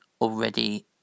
already